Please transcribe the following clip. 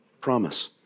promise